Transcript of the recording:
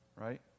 Right